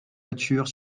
voitures